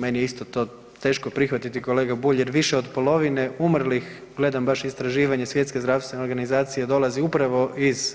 Meni je isto to teško prihvatiti kolega Bulj jer više od polovine umrlih, gledam baš istraživanje Svjetske zdravstvene organizacije dolazi upravo iz